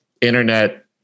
internet